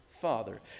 Father